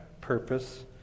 purpose